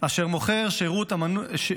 אשר מוכר את שירותיו,